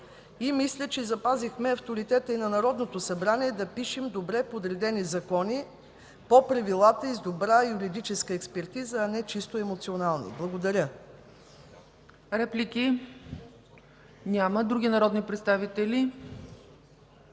Мисля, че запазихме и авторитета на Народното събрание да пишем добре подредени закони, по правилата и с добра юридическа експертиза, а не чисто емоционално. Благодаря. ПРЕДСЕДАТЕЛ ЦЕЦКА ЦАЧЕВА: Реплики? Няма. Други народни представители?